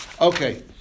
Okay